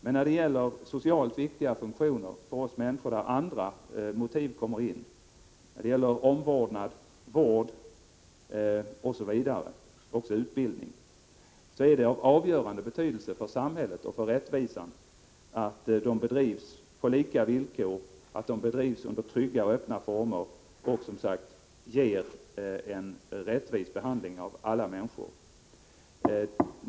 Men när det gäller socialt viktiga funktioner för oss människor, där andra motiv kommer in, såsom omvårdnad, vård, utbildning osv. är det av avgörande betydelse för samhället och för rättvisan att dessa verksamheter bedrivs på lika villkor, att de bedrivs under trygga och öppna former och som sagt ger en rättvis behandling av alla människor.